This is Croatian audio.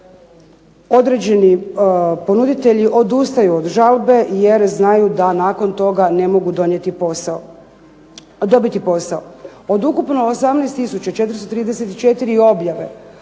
određeni ponuditelji odustaju od žalbe jer znaju da nakon toga ne mogu dobiti posao. Od ukupno 18 tisuća 434 objave